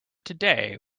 today